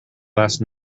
last